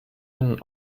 ein